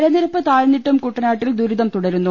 ജലനിരപ്പ് താഴ്ന്നിട്ടും കുട്ടനാട്ടിൽ ദുരിതം തുടരുന്നു